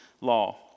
law